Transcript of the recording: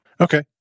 Okay